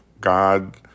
God